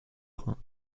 rhin